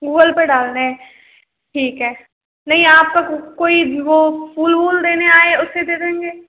Google Pay डालने हैं ठीक है नहीं आपका कोई वो फूल वूल देने आए उसे दे देंगे